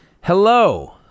Hello